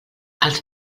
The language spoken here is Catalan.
els